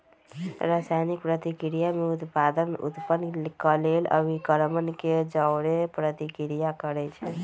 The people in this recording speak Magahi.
रसायनिक प्रतिक्रिया में उत्पाद उत्पन्न केलेल अभिक्रमक के जओरे प्रतिक्रिया करै छै